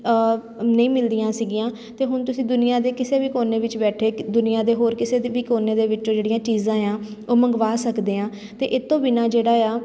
ਨਹੀਂ ਮਿਲਦੀਆਂ ਸੀਗੀਆਂ ਅਤੇ ਹੁਣ ਤੁਸੀਂ ਦੁਨੀਆਂ ਦੇ ਕਿਸੇ ਵੀ ਕੋਨੇ ਵਿੱਚ ਬੈਠੇ ਕ ਦੁਨੀਆਂ ਦੇ ਹੋਰ ਕਿਸੇ ਦੇ ਵੀ ਕੋਨੇ ਦੇ ਵਿੱਚੋਂ ਜਿਹੜੀਆਂ ਚੀਜ਼ਾਂ ਹੈ ਉਹ ਮੰਗਵਾ ਸਕਦੇ ਹਾਂ ਅਤੇ ਇਹ ਤੋਂ ਬਿਨਾਂ ਜਿਹੜਾ ਆ